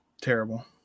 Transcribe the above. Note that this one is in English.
Terrible